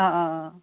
অ অ অ